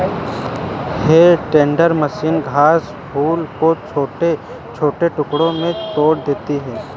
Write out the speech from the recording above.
हे tender machine घास फूस को छोटे छोटे टुकड़ों में तोड़ देती है